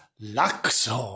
Luxor